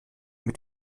mit